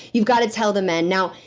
you've gotta tell the men. now,